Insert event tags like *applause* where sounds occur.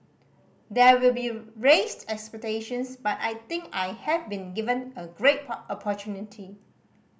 there will be raised expectations but I think I have been given a great *unintelligible* opportunity